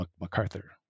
MacArthur